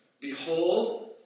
Behold